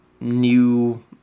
new